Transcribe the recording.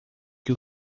que